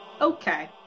Okay